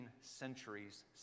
centuries